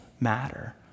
matter